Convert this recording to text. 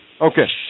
Okay